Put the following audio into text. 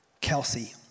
Kelsey